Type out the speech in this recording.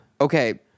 okay